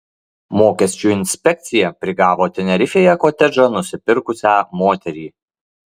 mokesčių inspekcija prigavo tenerifėje kotedžą nusipirkusią moterį